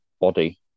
body